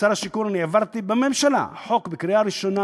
כשר השיכון אני העברתי חוק בקריאה ראשונה,